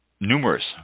numerous